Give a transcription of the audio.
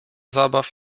zabaw